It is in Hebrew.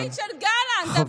אבל רגע, מה עם הבית של גלנט?